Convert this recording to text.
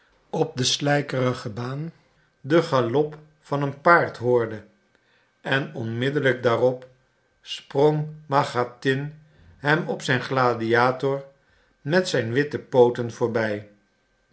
op de slijerige baan den galop van een paard hoorde en onmiddellijk daarop sprong machatin hem op zijn gladiator met zijn witte pooten voorbij